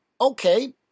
okay